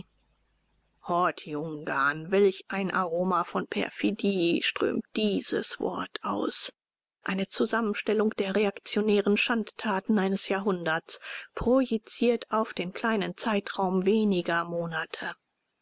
horthy-ungarn welch ein aroma von perfidie strömt dieses wort aus eine zusammenstellung der reaktionären schandtaten eines jahrhunderts projiziert auf den kleinen zeitraum weniger monate